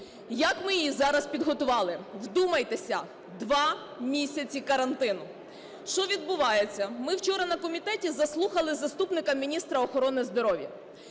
Як ми її зараз підготували. Вдумайтеся, 2 місяці карантину. Що відбувається. Ми вчора на комітеті заслухали заступника міністра охорони здоров'я.